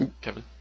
Kevin